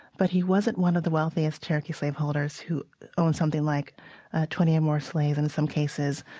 but he wasn't one of the wealthiest cherokee slaveholders who owned something like twenty or more slaves, in some cases,